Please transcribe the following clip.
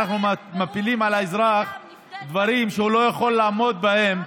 אנחנו מפילים על האזרח דברים שהוא לא יכול לעמוד בהם.